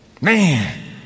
Man